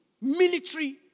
military